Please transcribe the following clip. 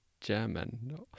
German